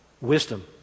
wisdom